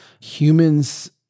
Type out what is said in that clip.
humans